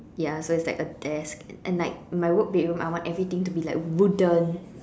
ya so it's like a desk and like my work bedroom I want everything to be like wooden